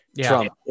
Trump